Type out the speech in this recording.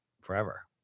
forever